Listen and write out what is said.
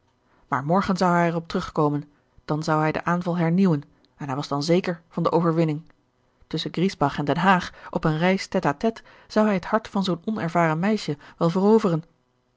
morgen zou hij er op terugkomen dan zou hij den aanval hernieuwen en hij was dan zeker van de overwinning tusschen griesbach en den haag op eene reis tete à tête zou hij het hart van zoo'n onervaren meisje wel veroveren